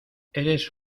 eres